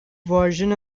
version